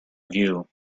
view